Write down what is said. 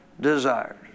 desires